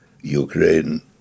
Ukraine